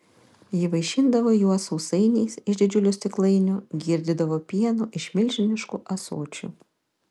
ji vaišindavo juos sausainiais iš didžiulių stiklainių girdydavo pienu iš milžiniškų ąsočių